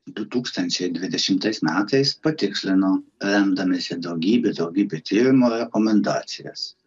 du tūkstančiai dvidešimtais metais patikslino remdamiesi daugybe daugybe tyrimų rekomendacijas